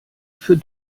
für